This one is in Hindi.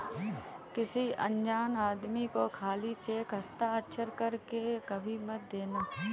किसी अनजान आदमी को खाली चेक हस्ताक्षर कर के कभी मत देना